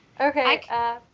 Okay